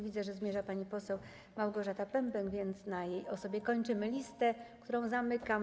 Widzę, że zmierza pani poseł Małgorzata Pępek, więc na jej osobie kończymy listę, którą zamykam.